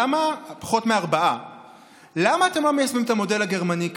למה אתם לא מיישמים את המודל הגרמני כאן?